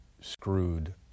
screwed